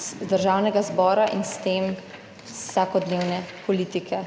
iz Državnega zbora in s tem iz vsakodnevne politike.